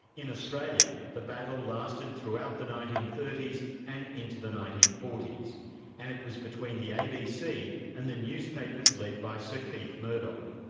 in australia the battle lasted throughout the nineteen thirty s and into the nineteen forty s and it was between the abc and the newspapers led by sir keith murdoch.